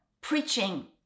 preaching